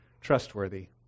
trustworthy